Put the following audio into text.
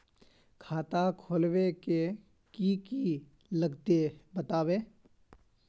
खाता खोलवे के की की लगते बतावे?